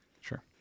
Sure